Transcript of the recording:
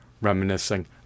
reminiscing